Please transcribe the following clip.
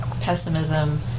pessimism